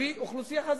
נביא אוכלוסייה חזקה.